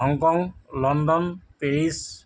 Hong Kong London Paris